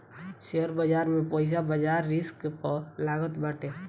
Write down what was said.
share बाजार में पईसा बाजार रिस्क पअ लागत बाटे